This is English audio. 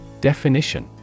Definition